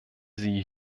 sie